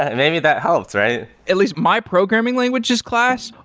and maybe that helped, right? at least my programming languages class,